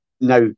now